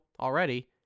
already